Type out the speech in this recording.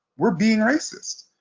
we're being racist.